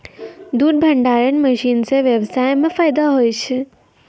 दुध भंडारण मशीन से व्यबसाय मे फैदा हुवै छै